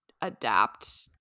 adapt